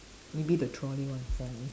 maybe the trolley one for me